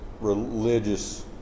religious